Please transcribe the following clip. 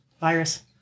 Virus